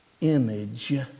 image